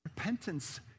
Repentance